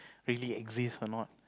really exist or not